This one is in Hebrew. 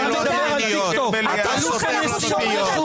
שמענו אותך.